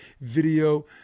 video